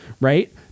right